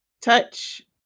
Touch